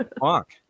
Fuck